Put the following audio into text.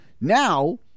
now